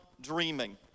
dreaming